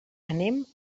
anem